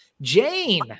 Jane